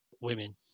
women